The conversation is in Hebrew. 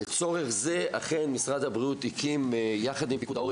לצורך זה אכן משרד הבריאות הקים יחד עם פיקוד העורף